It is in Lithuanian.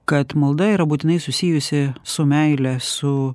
kad malda yra būtinai susijusi su meile su